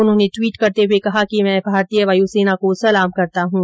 उन्होंने ट्वीट करते हुए कहा कि मैं भारतीय वायु सेना को सलाम करता हूँ